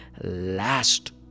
last